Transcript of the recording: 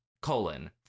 colon